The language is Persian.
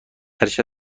ارشد